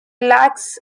lacks